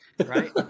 Right